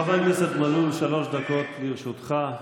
חבר הכנסת מלול, שלוש דקות לרשותך.